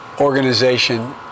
organization